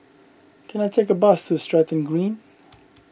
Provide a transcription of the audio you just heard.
can I take a bus to Stratton Green